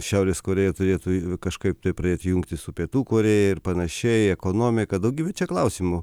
šiaurės korėja turėtų kažkaip tai pradėti jungti su pietų korėja ir panašėja į ekonomiką daugiau čia klausimų